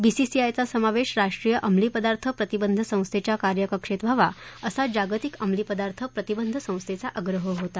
बीसीसीआयचा समावेश राष्ट्रीय अमली पदार्थ प्रतिबंध संस्थेच्या कार्यकक्षेत व्हावा असा जागतिक अमली पदार्थ प्रतिबंध संस्थेचा आग्रह होता